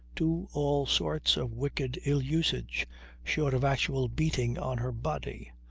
to all sorts of wicked ill usage short of actual beating on her body.